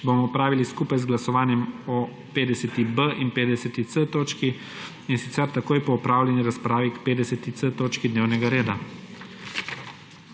bomo opravili skupaj z glasovanjem o 50.b in 50.c točki, in sicer takoj po opravljeni razpravi k 50.c točki dnevnega reda.